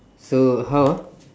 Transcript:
so how ah